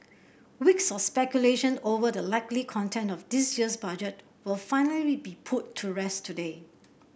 weeks of speculation over the likely content of this year's Budget will finally be put to rest today